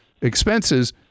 expenses